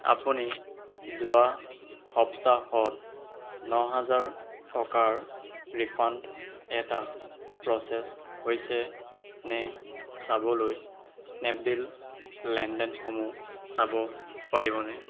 আপুনি যোৱা সপ্তাহত ন হাজাৰ টকাৰ ৰিফাণ্ড এটা প্ৰ'চেছ হৈছেনে চাবলৈ স্নেপডীল লেনদেনসমূহ চাব পাৰিবনে